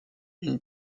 une